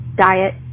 diet